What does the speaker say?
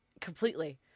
Completely